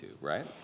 right